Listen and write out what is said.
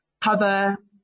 cover